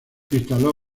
instaló